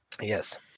Yes